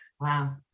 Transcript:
Wow